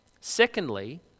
Secondly